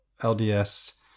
LDS